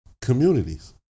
communities